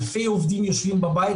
אלפי עובדים יושבים בבית,